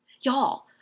Y'all